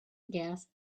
gas